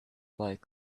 fight